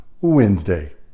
Wednesday